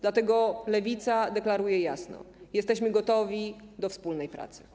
Dlatego Lewica deklaruje jasno: jesteśmy gotowi do wspólnej pracy.